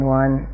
one